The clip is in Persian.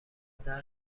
دست